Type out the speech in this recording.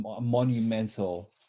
monumental